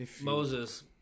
Moses